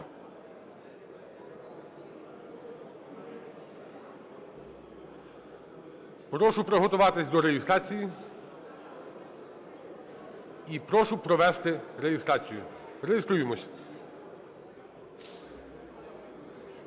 Прошу приготуватись до реєстрації. І прошу провести реєстрацію. Реєструємось.